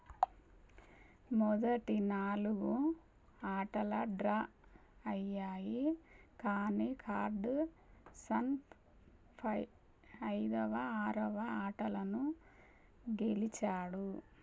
మొదటి నాలుగు ఆటలు డ్రా అయ్యాయి కానీ కార్ల్సన్ ఫైవ్ ఐదవ ఆరవ ఆటలను గెలిచాడు